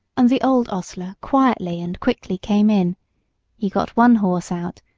and the old hostler quietly and quickly came in he got one horse out,